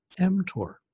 mTOR